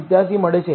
87 મળે છે